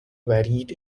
varied